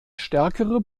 stärkere